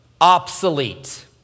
obsolete